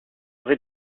rez